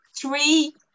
three